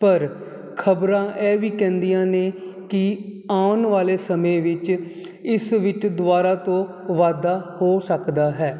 ਪਰ ਖਬਰਾਂ ਇਹ ਵੀ ਕਹਿੰਦੀਆਂ ਨੇ ਕਿ ਆਉਣ ਵਾਲੇ ਸਮੇਂ ਵਿੱਚ ਇਸ ਵਿੱਚ ਦੁਬਾਰਾ ਤੋਂ ਵਾਧਾ ਹੋ ਸਕਦਾ ਹੈ